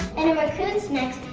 and a raccoon's next,